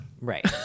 Right